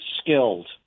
skilled